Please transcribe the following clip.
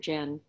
Jen